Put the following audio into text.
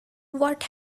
what